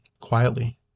quietly